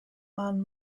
man